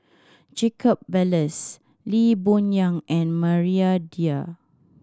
Jacob Ballas Lee Boon Yang and Maria Dyer